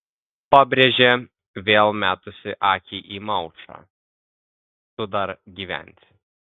pabrėžė vėl metusi akį į maušą tu dar gyvensi